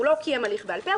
לא קיים הליך בעל פה,